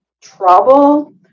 trouble